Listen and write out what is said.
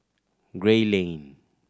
Gray Lane